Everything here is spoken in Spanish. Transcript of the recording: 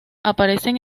aparecen